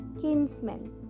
kinsmen